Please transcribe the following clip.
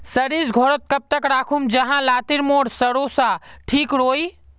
सरिस घोरोत कब तक राखुम जाहा लात्तिर मोर सरोसा ठिक रुई?